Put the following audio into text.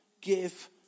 give